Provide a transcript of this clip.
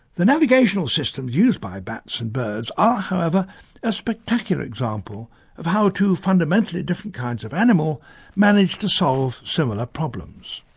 the navigational systems used by bats and birds are however a spectacular example of how two fundamentally different kinds of animal manage to solve similar problems.